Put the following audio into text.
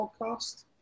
podcast